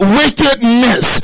wickedness